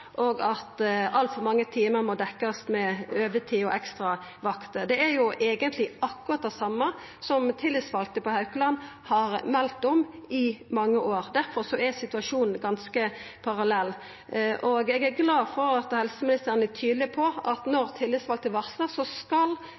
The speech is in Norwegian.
for låg, og at altfor mange timar må dekkjast med overtid og ekstravakter. Det er jo eigentleg akkurat det same som tillitsvalde på Haukeland har meldt om i mange år. Difor er situasjonen ganske parallell. Eg er glad for at helseministeren er tydeleg på at når tillitsvalde varslar, skal